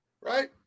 right